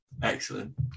Excellent